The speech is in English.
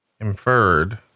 inferred